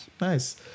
nice